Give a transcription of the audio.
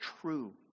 true